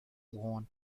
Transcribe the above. won’t